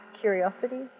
curiosity